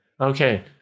Okay